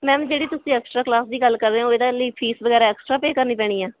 ma'am ਜਿਹੜੀ ਤੁਸੀਂ extra class ਦੀ ਗੱਲ ਕਰ ਰਹੇ ਹੋ ਇਹਦੇ ਲਈ ਫੀਸ ਵਗੈਰਾ ਐਕਸਟਰਾ ਪੇ ਕਰਨੀ ਪੈਣੀ ਆ